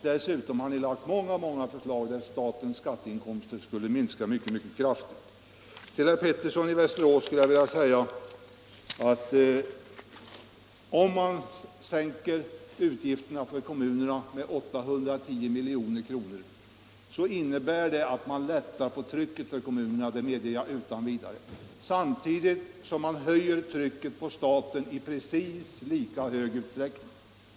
Dessutom har ni framlagt många förslag som mycket kraftigt skulle minska statens skatteinkomster. Till herr Pettersson i Västerås skulle jag vilja säga att om man sänker utgifterna för kommunerna med 810 milj.kr., så innebär det att man lättar på trycket för kommunerna — det medger jag utan vidare — men det innebär också att man höjer trycket på staten i precis samma utsträckning.